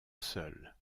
seul